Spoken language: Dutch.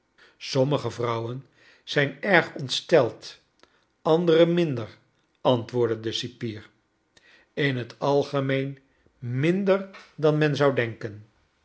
sommige vrouwen zijn erg ontsteld andere minder antwoordde de cipier in het algemeen minder dan men zou denken